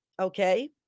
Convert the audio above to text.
Okay